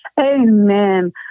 Amen